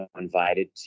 invited